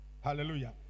Hallelujah